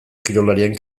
kirolarien